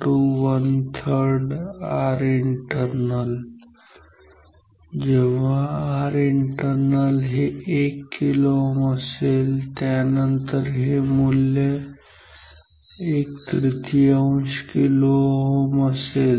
𝑅𝑖𝑛𝑡𝑒𝑟𝑛𝑎𝑙 जेव्हा Rinternal हे 1 kΩ असेल आणि त्यानंतर हे मूल्य ⅓ kΩ असेल